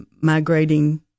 migrating